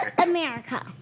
America